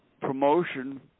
promotion